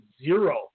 zero